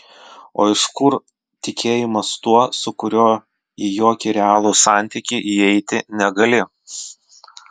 o iš kur tikėjimas tuo su kuriuo į jokį realų santykį įeiti negali